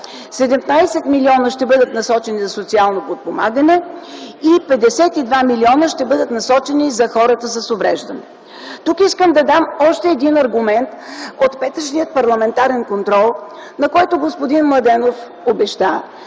17 млн. лв. ще бъдат насочени за социално подпомагане и 52 млн. лв. ще бъдат насочени за хората с увреждания. Тук искам да дам още един аргумент от петъчния парламентарен контрол, на който господин Младенов обеща,